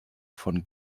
von